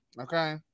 okay